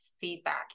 feedback